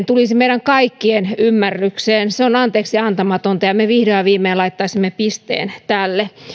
tulisi meidän kaikkien ymmärrykseen niiden lopettaminen on anteeksiantamatonta ja me vihdoin ja viimein laittaisimme pisteen tälle